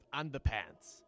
underpants